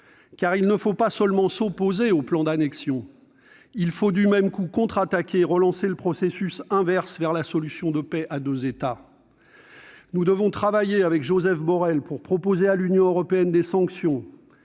il ne faut pas seulement s'opposer au plan d'annexion ; il faut du même coup contre-attaquer et relancer le processus inverse, vers la solution de paix à deux États. Nous devons travailler avec Josep Borrell, pour proposer à l'Union européenne d'adopter des sanctions,